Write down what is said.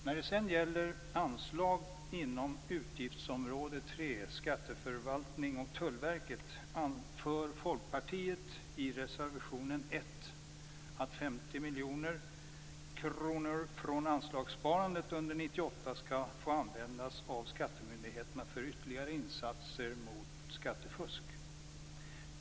När det sedan gäller anslag inom utgiftsområde 3 Skatteförvaltning och uppbörd anför Folkpartiet i reservation 1 att 50 miljoner kronor från anslagssparandet under 1998 skall få användas av skattemyndigheterna för ytterligare insatser mot skattefusk.